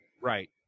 right